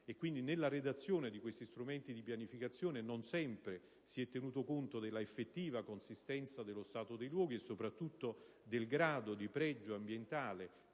nella redazione di questi strumenti di pianificazione, non sempre si è tenuto conto dell'effettiva consistenza dello stato dei luoghi e soprattutto del grado di pregio ambientale